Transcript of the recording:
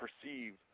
perceive